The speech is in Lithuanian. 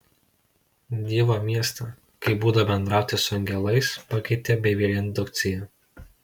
dievo miestą kaip būdą bendrauti su angelais pakeitė bevielė indukcija